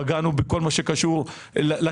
פגענו בכל מה שקשור לקצה,